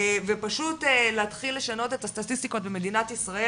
ופשוט להתחיל לשנות את הסטטיסטיקות במדינת ישראל.